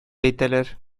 әйтәләр